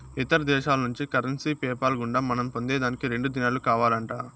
ఇతర దేశాల్నుంచి currency PayPal గుండా మనం పొందేదానికి రెండు దినాలు కావాలంట